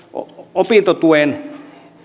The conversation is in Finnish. opintotuen